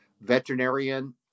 veterinarian